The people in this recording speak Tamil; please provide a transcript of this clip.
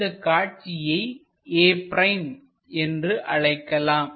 இந்தக் காட்சியை a'என்று அழைக்கலாம்